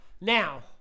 Now